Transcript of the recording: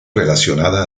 relacionada